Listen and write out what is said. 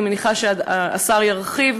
אני מניחה שהשר ירחיב.